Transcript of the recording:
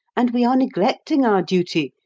and we are neglecting our duty,